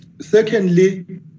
Secondly